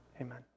Amen